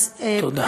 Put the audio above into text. תודה.